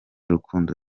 rukundo